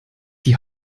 die